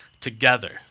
together